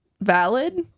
valid